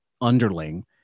underling